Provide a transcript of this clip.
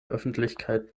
öffentlichkeit